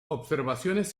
observaciones